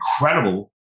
incredible